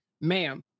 ma'am